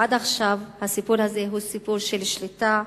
ועד עכשיו הסיפור הזה הוא סיפור של שליטה,